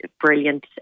brilliant